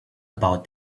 about